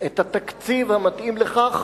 את התקציב המתאים לכך,